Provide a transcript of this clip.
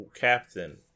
Captain